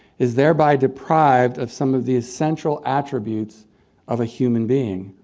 is thereby deprived of some of the essential attributes of a human being.